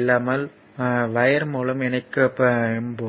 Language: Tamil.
இல்லாமல் ஒயர் மூலம் இணைக்கும்போது